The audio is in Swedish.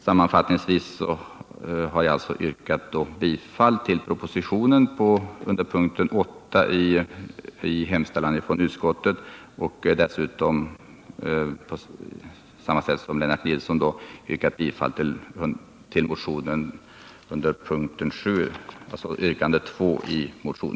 Sammanfattningsvis yrkar jag alltså under punkten 8 i utskottets hemställan bifall till propositionen 132 och under punkten 7b bifall till motionen 132, yrkandet 2.